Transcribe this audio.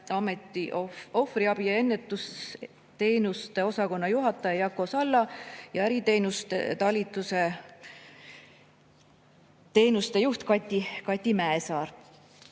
ohvriabi ja ennetusteenuste osakonna juhataja Jako Salla ning äriteenuste talituse teenuste juht Kati Mäesaar.